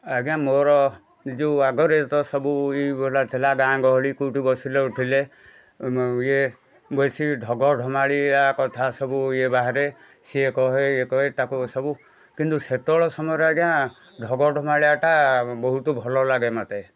ଆଜ୍ଞା ମୋର ଏ ଯେଉଁ ଆଗରେ ତ ସବୁ ଏଗୁଡ଼ା ଥିଲା ଗାଁଗହଳି କେଉଁଠି ବସିଲେ ଉଠିଲେ ଇଏ ବେଶୀ ଢ଼ଗଢ଼ମାଳିଆ କଥା ସବୁ ଇଏ ବାହାରେ ସିଏ କହେ ଇଏ କହେ ତାକୁ ସବୁ କିନ୍ତୁ ସେତେବେଳେ ସମୟରେ ଆଜ୍ଞା ଢଗଢ଼ମାଳିଆଟା ବହୁତ ଭଲ ଲାଗେ ମୋତେ